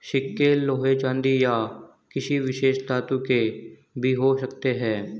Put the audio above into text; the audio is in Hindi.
सिक्के लोहे चांदी या किसी विशेष धातु के भी हो सकते हैं